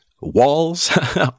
walls